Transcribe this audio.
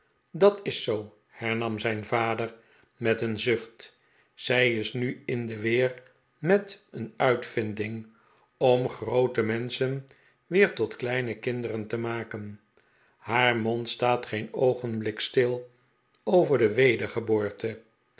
dat is zoo hernam zijn vader met een zucht zij is nu in de weer met een uitvinding om groote menschen weer tot kleine kinderen te maken haar mond staat geen oogenblik stil over de